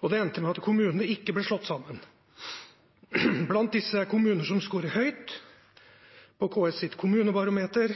og det endte med at kommunene ikke ble slått sammen. Blant disse er kommuner som scorer høyt på KS sitt kommunebarometer,